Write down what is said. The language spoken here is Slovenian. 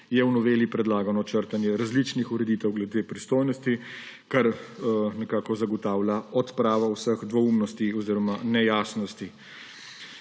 je v noveli predlagano črtanje različnih ureditev glede pristojnosti, kar nekako zagotavlja odpravo vseh dvoumnosti oziroma nejasnosti.